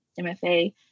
MFA